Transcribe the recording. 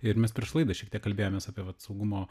ir mes prieš laidą šiek tiek kalbėjomės apie vat saugumo